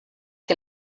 que